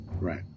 Right